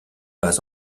pas